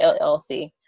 LLC